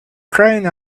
crying